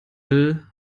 will